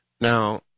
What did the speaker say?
Now